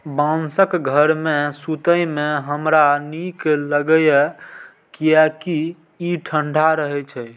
बांसक घर मे सुतै मे हमरा नीक लागैए, कियैकि ई ठंढा रहै छै